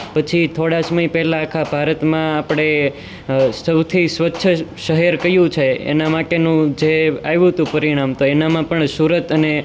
પછી થોળા સમય પહેલાં આખા ભારતમાં આપણે સૌથી સ્વચ્છ શહેર કયું છે એના માટેનું જે આવ્યું હતું પરિણામ તો એનામાં સુરત અને